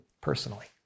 personally